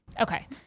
okay